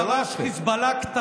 זה לא יפה.